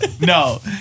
no